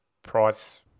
price